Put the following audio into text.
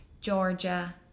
Georgia